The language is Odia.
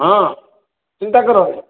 ହଁ ଚିନ୍ତା କରନି